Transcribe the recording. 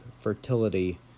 fertility